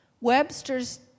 Webster's